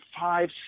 five